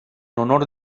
honor